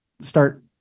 start